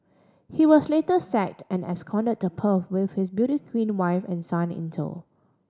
he was later sacked and absconded to Perth with his beauty queen wife and son in tow